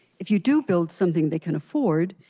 if you do build something they can afford,